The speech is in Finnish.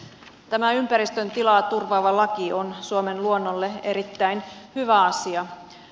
tämä ympäristön tilaa turvaava laki on suomen luonnolle erittäin hyvä asia